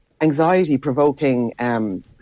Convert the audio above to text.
anxiety-provoking